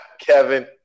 Kevin